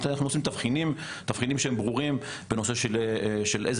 אנחנו עושים תבחינים ברורים בנושא של איזה